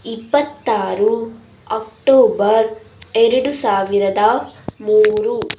ಇಪ್ಪತ್ತಾರು ಅಕ್ಟೋಬರ್ ಎರಡು ಸಾವಿರದ ಮೂರು